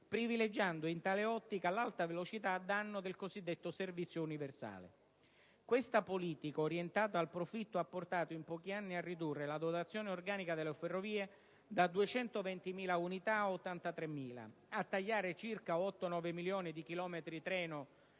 privilegiando in tale ottica l'Alta velocità a danno del cosiddetto servizio universale. Questa politica orientata al profitto ha portato in pochi anni a ridurre la dotazione organica delle Ferrovie da 220.000 a 83.000 unità, a tagliare circa 8-9 milioni di chilometri-treno